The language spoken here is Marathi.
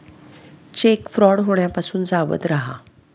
चेक फ्रॉड होण्यापासून सावध रहा